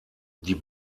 die